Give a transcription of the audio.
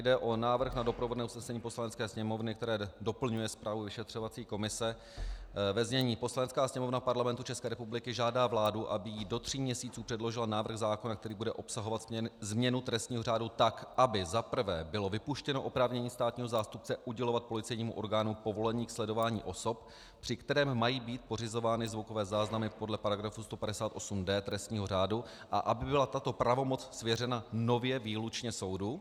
Jde o návrh na doprovodné usnesení Poslanecké sněmovny, které doplňuje zprávu vyšetřovací komise ve znění: Poslanecká sněmovna Parlamentu České republiky žádá vládu, aby jí do tří měsíců předložila návrh zákona, který bude obsahovat změnu trestního řádu tak, aby za prvé bylo vypuštěno oprávnění státního zástupce udělovat policejnímu orgánu povolení ke sledování osob, při kterém mají být pořizovány zvukové záznamy podle § 158d trestního řádu, a aby byla tato pravomoc svěřena nově výlučně soudu.